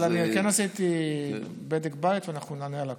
אבל אני כן עשיתי בדק בית ואנחנו נענה על הכול.